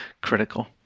critical